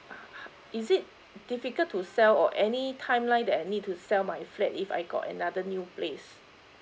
is it difficult to sell or any timeline that I need to sell my flat if I got another new place